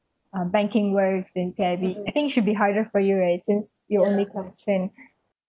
banking works in P_I_B I think it should be harder for you right since you're only trained